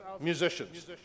musicians